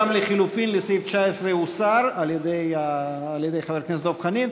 גם לחלופין לסעיף 19 הוסר על-ידי חבר הכנסת דב חנין.